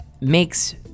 makes